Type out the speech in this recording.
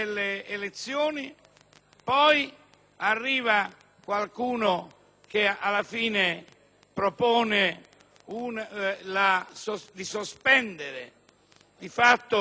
arriva qualcuno che alla fine propone di sospendere, di fatto *sine die*,